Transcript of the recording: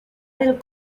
del